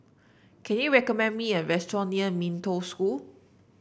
can you recommend me a restaurant near Mee Toh School